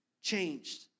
changed